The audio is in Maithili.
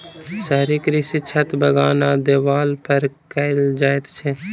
शहरी कृषि छत, बगान आ देबाल पर कयल जाइत छै